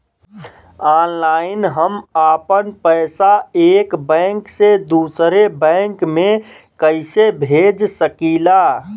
Online हम आपन पैसा एक बैंक से दूसरे बैंक में कईसे भेज सकीला?